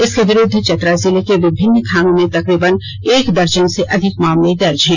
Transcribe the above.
इसके बिरुद्ध चतरा जिले के विभिन्न थानों में तकरीबन एक दर्जन से अधिक मामले दर्ज हैं